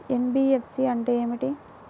NBFC అంటే ఏమిటి?